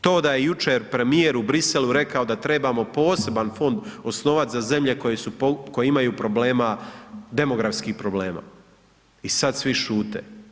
To da je jučer premijer u Briselu rekao da trebamo poseban fond osnovat za zemlje koje imaju problema, demografskih problema i sad svi šute.